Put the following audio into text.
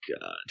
God